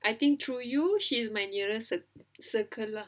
I think through you she's my nearest cir~ circle lah